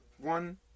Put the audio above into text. One